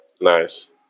Nice